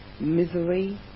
misery